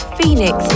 Phoenix